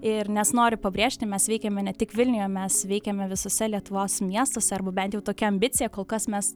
ir nes noriu pabrėžti mes veikiame ne tik vilniuje mes veikiame visuose lietuvos miestuose arba bent jau tokia ambicija kol kas mes